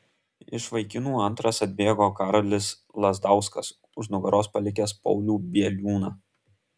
iš vaikinų antras atbėgo karolis lazdauskas už nugaros palikęs paulių bieliūną